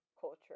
culture